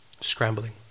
Scrambling